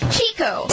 Chico